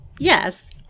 yes